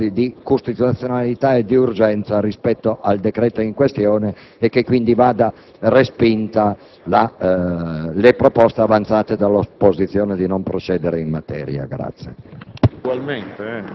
i presupposti di costituzionalità e di urgenza rispetto al decreto in questione e che quindi vadano respinte le proposte avanzate dall'opposizione di non procedere in materia.